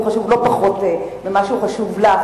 חשוב להם לא פחות מכפי שהוא חשוב לך.